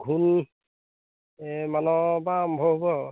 আঘোণমানৰ পৰা আৰম্ভ হ'ব আৰু